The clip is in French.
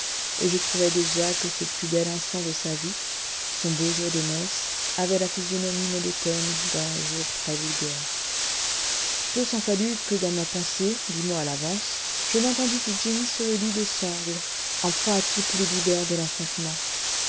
et je trouvais déjà que ce plus bel instant de sa vie son beau jour de noce avait la physionomie monotone d'un jour très vulgaire peu s'en fallut que dans ma pensée dix mois à l'avance je n'étendisse jenny sur le lit de sangles en proie à toutes les douleurs de l'enfantement